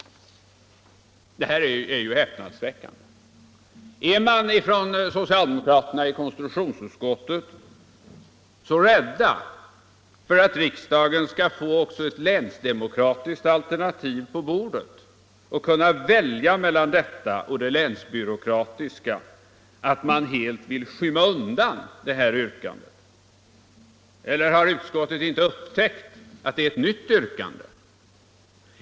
Det här är häpnadsväckande. Är socialdemokraterna i konstitutionsutskottet så rädda för att riksdagen skall få också ett länsdemokratiskt alternativ på bordet och kunna välja mellan detta och det länsbyråkratiska, att de helt vill skymma undan detta yrkande? Eller har utskottet inte upptäckt att det är ett nytt yrkande?